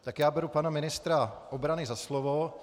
Tak já beru pana ministra obrany za slovo.